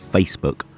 Facebook